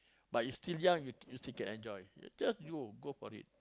but you still young you you still can enjoy just you go for it